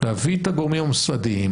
להביא את הגורמים הממסדיים,